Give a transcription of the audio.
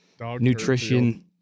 nutrition